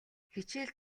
хичээл